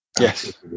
Yes